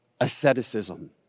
asceticism